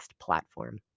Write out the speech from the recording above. platform